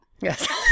yes